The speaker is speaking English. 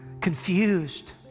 confused